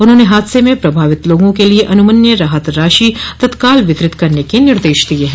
उन्होंने हादसे में प्रभावित लोगें के लिए अनुमन्य राहत राशि तत्काल वितरित करने के निर्देश दिये है